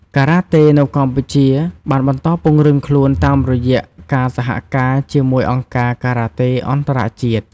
ការ៉ាតេនៅកម្ពុជាបានបន្តពង្រឹងខ្លួនតាមរយៈការសហការជាមួយអង្គការការ៉ាតេអន្តរជាតិ។